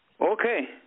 Okay